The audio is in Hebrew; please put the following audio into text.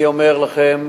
אני אומר לכם